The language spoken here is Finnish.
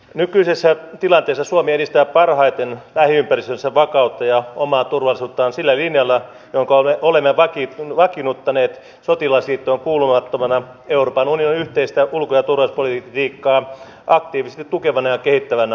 nykyisessä tilanteessa suomi edistää parhaiten lähiympäristönsä vakautta ja omaa turvallisuuttaan sillä linjalla jonka olemme vakiinnuttaneet sotilasliittoon kuulumattomana euroopan unionin yhteistä ulko ja turvallisuuspolitiikkaa aktiivisesti tukevana ja kehittävänä maana